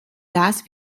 das